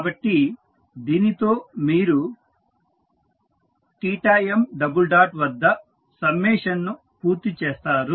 కాబట్టి దీనితో మీరు m వద్ద సమ్మేషన్ను పూర్తి చేస్తారు